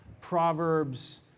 Proverbs